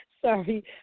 Sorry